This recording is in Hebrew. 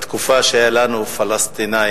בתקופה שהיו לנו פלסטינים,